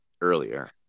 earlier